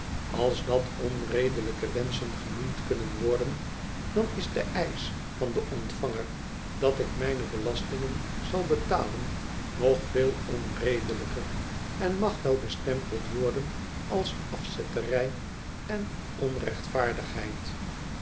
als dat onredelijke wenschen genoemd kunnen worden dan is de eisch van den ontvanger dat ik mijne belastingen zal betalen nog veel onredelijker en mag wel bestempeld worden als afzetterij en onrechtvaardigheid